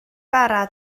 bara